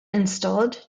installed